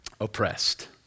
oppressed